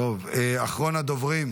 אחרון הדוברים,